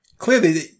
Clearly